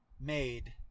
made